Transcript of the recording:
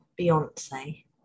Beyonce